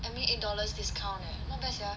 I mean eight dollars discount eh not bad sia